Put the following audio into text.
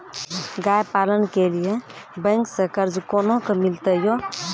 गाय पालन के लिए बैंक से कर्ज कोना के मिलते यो?